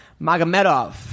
Magomedov